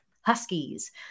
Huskies